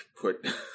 put